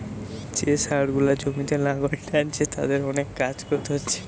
যে ষাঁড় গুলা জমিতে লাঙ্গল টানছে তাদের অনেক কাজ কোরতে হচ্ছে